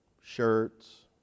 Shirts